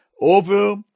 over